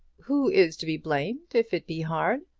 who is to be blamed if it be hard?